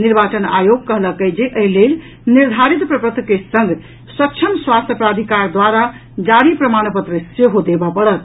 निर्वाचन आयोग कहलक अछि जे एहि लेल निर्धारित प्रपत्र के संग सक्षम स्वास्थ्य प्राधिकार द्वारा जारी प्रमाण पत्र सेहो देबऽ पड़त